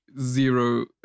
zero